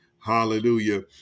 Hallelujah